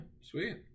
sweet